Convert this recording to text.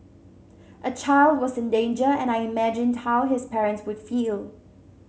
a child was in danger and I imagined how his parents would feel